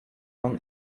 own